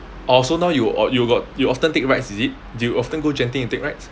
orh so now you you got you often take rides is it do you often go genting and take rides